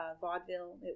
vaudeville